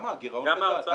גם מהאוצר נעשה.